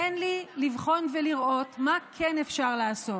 תן לי לבחון ולראות מה כן אפשר לעשות.